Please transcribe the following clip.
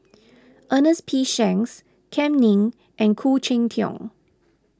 Ernest P Shanks Kam Ning and Khoo Cheng Tiong